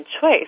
choice